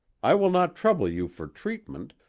i will not trouble you for treatment,